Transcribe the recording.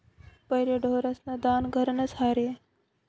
पहिले ढोरेस्न दान घरनंच र्हाये